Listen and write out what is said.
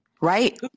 Right